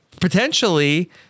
potentially